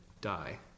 die